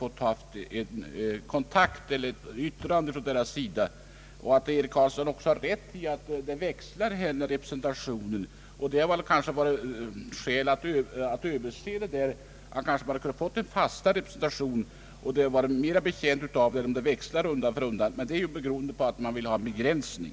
Växlingarna beror på att representationen har varit begränsad. Frågan är dock hur ett beslut om avskaffande av representationen kommer att uppfattas utåt, bland lärarna och dem som är närmast berörda. Därför hade det varit bättre om lärarna fått tillfälle att yttra. sig.